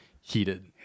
heated